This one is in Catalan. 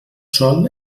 sol